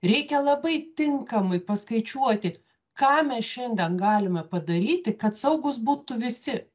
reikia labai tinkamai paskaičiuoti ką mes šiandien galime padaryti kad saugūs būtų visi